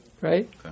right